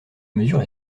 mesure